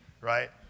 right